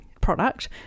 product